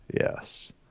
yes